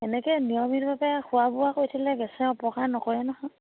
এনেকৈ নিয়মিতভাৱে খোৱা বোৱা কৰি থাকিলে গেছে অপকাৰ নকৰে নহয়